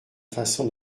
façon